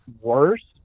worse